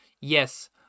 yes